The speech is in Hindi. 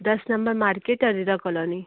दस नंबर मार्केट अरेरा कौलोनी